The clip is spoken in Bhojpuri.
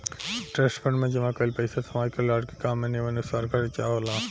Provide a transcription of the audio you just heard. ट्रस्ट फंड में जमा कईल पइसा समाज कल्याण के काम में नियमानुसार खर्चा होला